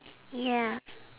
ya